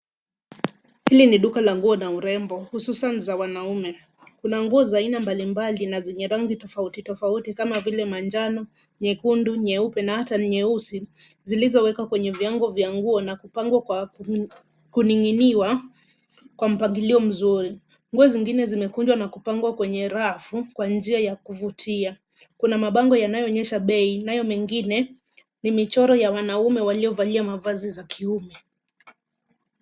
Hili ni duka la nguo na urembo hususan za wanaume, kuna nguo za aina mbalimbali na zenye rangi tofauti tofauti kama vile manjano ,nyekundu ,nyeupe na hata ni nyeusi zilizowekwa kwenye vinyago vya nguo na kupangwa kwa kuning'iniwa kwa mpangilio mzuri ,nguo mwingine zimekunjwa na kupangwa kwenye rafu kwa njia ya kuvutia kuna mabango yanayoonyesha bei nayo mengine ni michoro ya wanaume waliovalia mavazi za kiume.